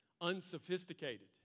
unsophisticated